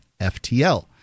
FTL